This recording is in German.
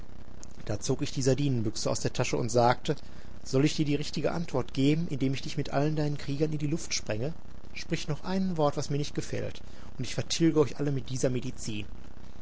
da zog ich die sardinenbüchse aus der tasche und sagte soll ich dir die richtige antwort geben indem ich dich mit allen deinen kriegern in die luft sprenge sprich noch ein wort was mir nicht gefällt und ich vertilge euch alle mit dieser medizin